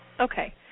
Okay